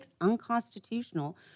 unconstitutional